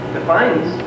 defines